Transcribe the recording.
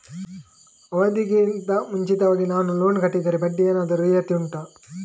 ಅವಧಿ ಗಿಂತ ಮುಂಚಿತವಾಗಿ ನಾನು ಲೋನ್ ಕಟ್ಟಿದರೆ ಬಡ್ಡಿ ಏನಾದರೂ ರಿಯಾಯಿತಿ ಉಂಟಾ